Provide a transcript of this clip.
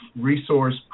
resource